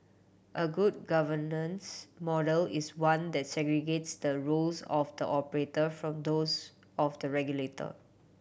a good governance model is one that segregates the roles of the operator from those of the regulator